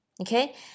okay